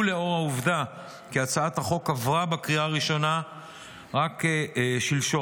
ולנוכח העובדה כי הצעת החוק עברה בקריאה הראשונה רק שלשום,